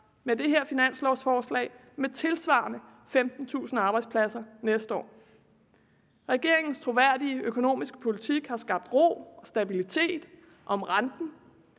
med det her finanslovsforslag og med tilsvarende 15.000 arbejdspladser næste år. Regeringens troværdige økonomiske politik har skabt ro og stabilitet om renten,